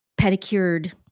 pedicured